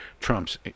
Trump's